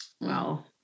Wow